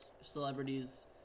celebrities